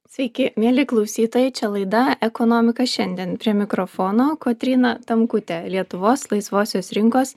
sveiki mieli klausytojai čia laida ekonomika šiandien prie mikrofono kotryna tamkutė lietuvos laisvosios rinkos